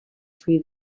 free